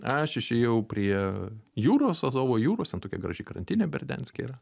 aš išėjau prie jūros azovo jūros ten tokia graži krantinė berdianske yra